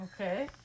Okay